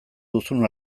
duzun